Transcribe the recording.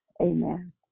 Amen